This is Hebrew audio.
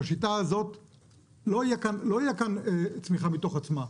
ובשיטה הזאת לא תהיה כאן צמיחה מתוך עצמה,